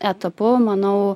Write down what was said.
etapu manau